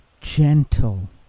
gentle